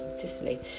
Sicily